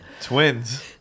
Twins